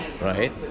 right